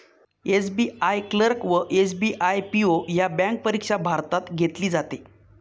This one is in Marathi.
एस.बी.आई क्लर्क व एस.बी.आई पी.ओ ह्या बँक परीक्षा भारतात घेतली जाते